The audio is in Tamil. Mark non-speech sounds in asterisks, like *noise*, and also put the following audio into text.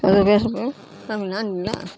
ஹலோ பேசப் போகிறேன் *unintelligible*